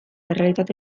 errealitate